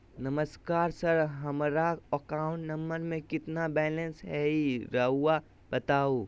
नमस्कार सर हमरा account number में कितना बैलेंस हेई राहुर बताई?